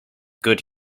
good